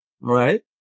right